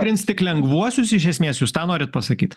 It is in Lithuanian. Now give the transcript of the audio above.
tikrins tik lengvuosius iš esmės jūs tą norit pasakyt